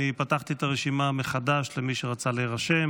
פתחתי את הרשימה מחדש למי שרצה להירשם.